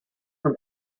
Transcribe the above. from